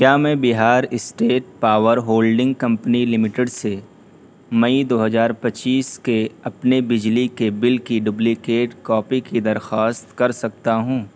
کیا میں Bihar state power holding company limited سے مئی دو ہزار پچیس کے اپنے بجلی کے بل کی ڈپلیکیٹ کاپی کی درخواست کر سکتا ہوں